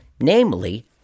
namely